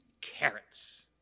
carrots